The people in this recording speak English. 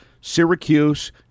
Syracuse